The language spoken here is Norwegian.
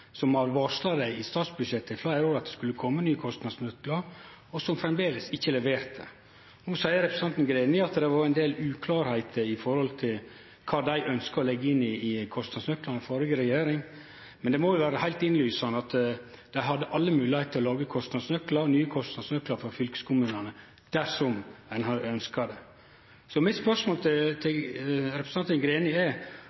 fleire år varsla i statsbudsjett at det skulle kome nye kostnadsnøklar, og som framleis ikkje leverte. No seier representanten Greni at det var ein del som var uklart når det gjaldt kva dei ønskte å leggje inn i kostnadsnøklane i den førre regjeringa, men det må vere heilt innlysande at dei hadde alle moglegheiter til å lage nye kostnadsnøklar for fylkeskommunane dersom dei hadde ønskt det. Mitt spørsmål til representanten Greni er: Var det krangel i den raud-grøne regjeringa om korleis ein skulle få til